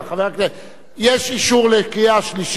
יש אישור לקריאה שלישית.